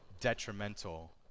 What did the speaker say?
detrimental